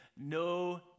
No